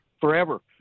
forever